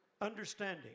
understanding